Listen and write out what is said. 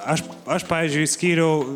aš aš pavyzdžiui skyriau